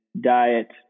diet